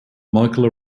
michael